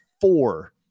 four